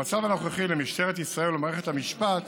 במצב הנוכחי למשטרת ישראל ולמערכת המשפט